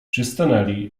przystanęli